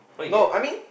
no I mean